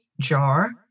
jar